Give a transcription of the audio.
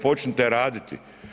Počnite raditi.